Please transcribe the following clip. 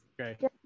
Okay